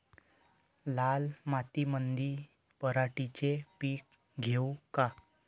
लाल मातीमंदी पराटीचे पीक घेऊ का?